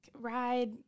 ride